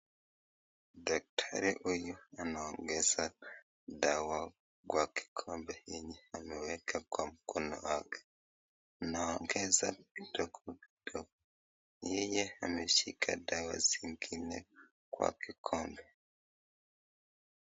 Daktari huyu anaongeza dawa kwa kikombe yenye ameweka kwa mkono wake. Anaongeza vidonge dogo yenye ameshika dawa zingine kwa kikombe.